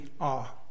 awe